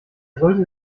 sollte